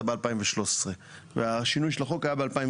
זה היה ב-2013 והשינוי של החוק היה ב-2008,